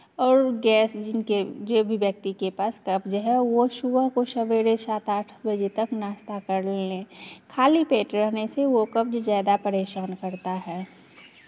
और गैस जिनके जो भी व्यक्ति के पास कब्ज़ है वो सुबह को सवेरे सात आठ बजे तक नाश्ता कर लें खाली पेट रहने से वो कब्ज़ ज़्यादा परेशान करता है